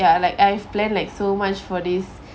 ya like I've planned like so much for this